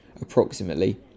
approximately